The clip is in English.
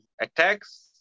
attacks